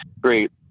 great